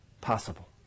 possible